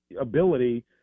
ability